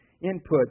input